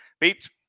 Pete